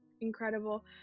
incredible